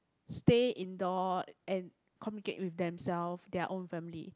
stay indoor and communicate with themselves their own family